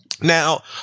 now